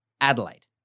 Adelaide